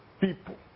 people